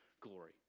glory